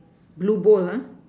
blue bowl lah